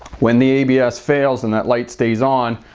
when the abs fails and that light stays on,